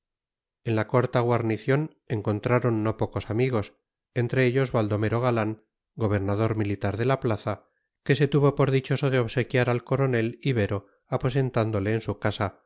en la corta guarnición encontraron no pocos amigos entre ellos baldomero galán gobernador militar de la plaza que se tuvo por dichoso de obsequiar al coronel ibero aposentándole en su casa